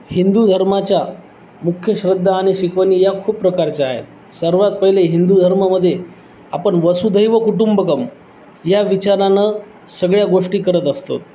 हिंदू धर्माच्या मुख्य श्रद्धा आणि शिकवणी या खूप प्रकारच्या आहेत सर्वात पहिले हिंदू धर्मामध्ये आपण वसुधैव कुटुंबकम या विचारानं सगळ्या गोष्टी करत असतो